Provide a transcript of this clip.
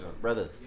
Brother